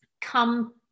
Come